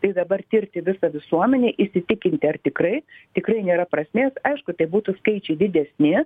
tai dabar tirti visą visuomenę įsitikinti ar tikrai tikrai nėra prasmės aišku tai būtų skaičiai didesni